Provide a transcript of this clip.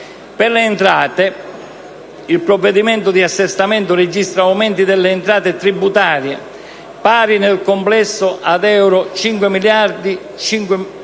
Per le entrate, il provvedimento di assestamento registra aumenti delle entrate tributarie pari, nel complesso, ad euro 5.587,5 milioni,